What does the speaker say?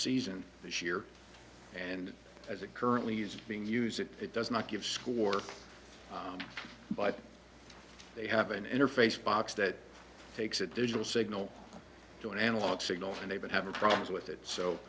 season this year and as it currently is being used that it does not give score but they have an interface box that takes a digital signal to an analog signal and they've been having problems with it